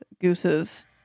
Gooses